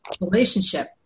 Relationship